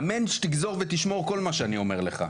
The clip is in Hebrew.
אמן שתגזור ותשמור כל מה שאני אומר לך.